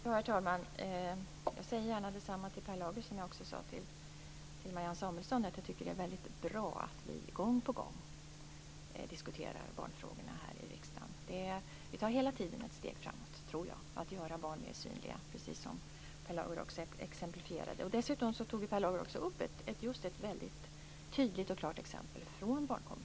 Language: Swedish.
Herr talman! Jag säger gärna detsamma till Per Lager som jag sade till Marianne Samuelsson. Jag tycker att det är väldigt bra att vi gång på gång diskuterar barnfrågorna här i riksdagen. Vi tar hela tiden ett steg framåt, tror jag, för att göra barnen mer synliga, precis som Per Lager också exemplifierade. Dessutom tog Per Lager också upp just ett väldigt tydligt och klart exempel från Barnkommittén.